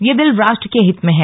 यह बिल राष्ट्र के हित में है